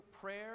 prayer